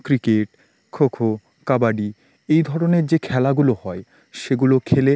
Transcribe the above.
cricket kho kho kabaddi এই ধরনের যে খেলাগুলো হয় সেগুলো খেলে